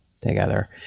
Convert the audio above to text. together